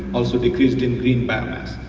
also decreased in green biomass.